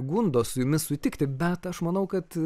gundo su jumis sutikti bet aš manau kad